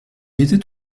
était